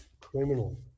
criminal